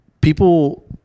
People